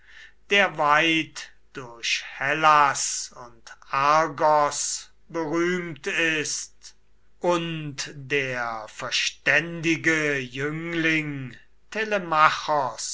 der weit durch hellas und argos berühmt ist und der verständige jüngling